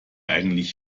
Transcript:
eigentlich